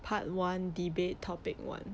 part one debate topic one